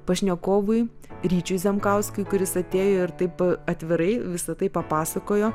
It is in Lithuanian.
pašnekovui ryčiui zemkauskui kuris atėjo ir taip atvirai visa tai papasakojo